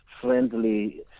friendly